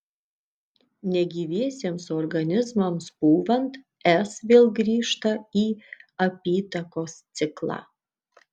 negyviesiems organizmams pūvant s vėl grįžta į apytakos ciklą